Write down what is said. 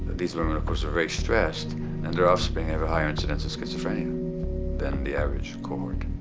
these women, of course, were very stressed and their offspring have a higher incidence of schizophrenia than the average cohort.